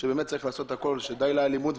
שבאמת צריך לעשות הכול, שדי לאלימות.